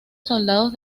soldados